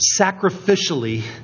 sacrificially